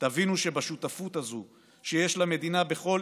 תבינו שבשותפות הזאת שיש למדינה בכל